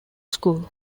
school